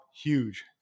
huge